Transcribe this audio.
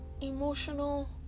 emotional